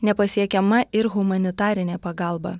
nepasiekiama ir humanitarinė pagalba